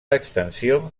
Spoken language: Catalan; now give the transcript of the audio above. extensió